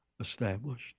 established